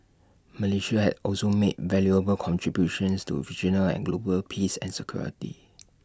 Malaysia has also made valuable contributions to regional and global peace and security